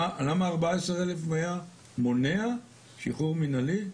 למה 14,100 מונע שחרור מנהלי?